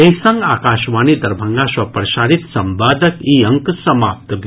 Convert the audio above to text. एहि संग आकाशवाणी दरभंगा सँ प्रसारित संवादक ई अंक समाप्त भेल